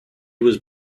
was